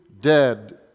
dead